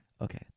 Okay